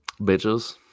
Bitches